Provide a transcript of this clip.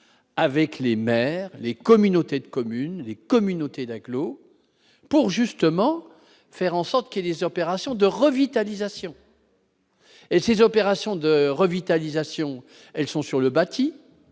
avec les maires, les communautés de communes des communautés d'agglo pour justement faire en sorte que les opérations de revitalisation. Et ces opérations de revitalisation, elles sont sur le bâti